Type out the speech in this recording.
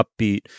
upbeat